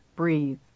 Breathe